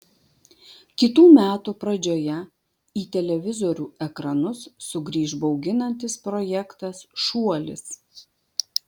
kitų metų pradžioje į televizorių ekranus sugrįš bauginantis projektas šuolis